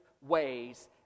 ways